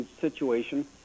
situation